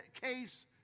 case